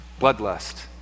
bloodlust